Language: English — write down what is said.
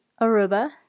Aruba